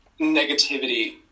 negativity